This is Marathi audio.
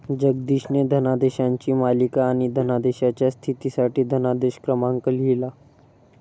जगदीशने धनादेशांची मालिका आणि धनादेशाच्या स्थितीसाठी धनादेश क्रमांक लिहिला